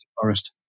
forest